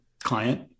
client